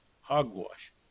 hogwash